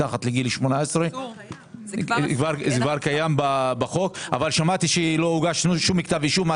זה כבר קיים בחוק, אבל שמעתי שלא הוגש כתב אישום.